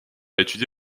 étudié